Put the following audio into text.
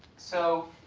so,